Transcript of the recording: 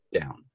down